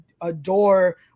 adore